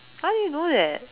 how do you know that